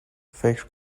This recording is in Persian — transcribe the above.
فکر